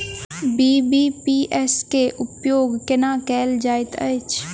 BBPS केँ उपयोग केना कएल जाइत अछि?